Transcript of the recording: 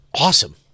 awesome